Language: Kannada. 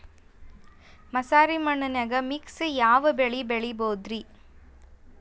ಮಸಾರಿ ಮಣ್ಣನ್ಯಾಗ ಮಿಕ್ಸ್ ಯಾವ ಬೆಳಿ ಬೆಳಿಬೊದ್ರೇ?